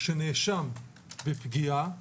שנאשם בפגיעה,